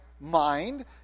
mind